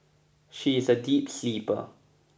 she is a deep sleeper